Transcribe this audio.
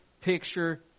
picture